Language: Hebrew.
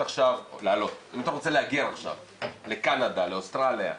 רוצה להגר עכשיו לקנדה, לאוסטרליה,